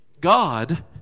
God